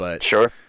Sure